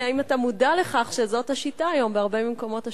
האם אתה מודע לכך שזאת השיטה היום בהרבה ממקומות שירות?